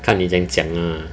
看你怎样讲 lah